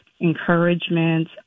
encouragement